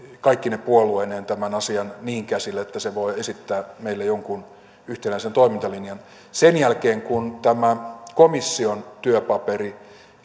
kaikkine puolueineen tämän asian niin käsille että se voi esittää meille jonkun yhtenäisen toimintalinjan sen jälkeen kun tämä komission työpaperi